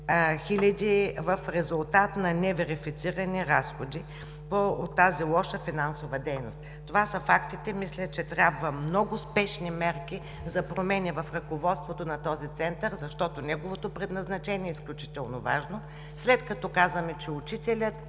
хил. лв. в резултат на неверифицирани разходи от тази лоша финансова дейност. Това са фактите, мисля, че трябват много спешни мерки за промени в ръководството на този Център, защото неговото предназначение е изключително важно, след като казваме, че учителят